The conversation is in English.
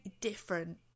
different